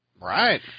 Right